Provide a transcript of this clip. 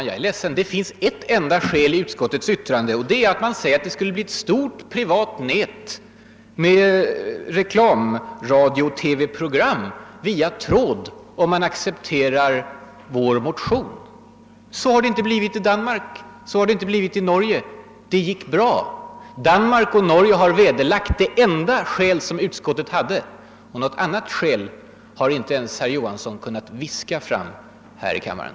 Herr talman! Det anges ett enda skäl i utskottets yttrande. Det skulle bli »ett omfattande ledningsnät i privat regi för sändning av radiooch TV-program med inslag av kommersiell reklam» om man accepterade vår motion. Så har det inte blivit i Danmark. Så har det inte blivit i Norge. Där har det gått bra. Danmark och Norge har vederlagt det enda skäl som utskottet hade. Och något annat skäl har herr Johansson inte ens kunnat viska fram här i kammaren.